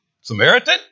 Samaritan